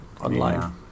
online